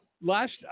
Last